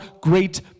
great